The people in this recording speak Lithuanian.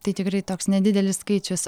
tai tikrai toks nedidelis skaičius